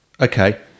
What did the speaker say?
Okay